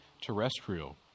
terrestrial